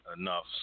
enough